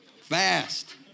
fast